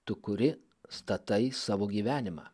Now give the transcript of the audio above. tu kuri statai savo gyvenimą